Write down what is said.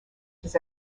his